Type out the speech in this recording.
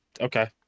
okay